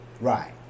Right